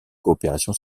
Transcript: coopération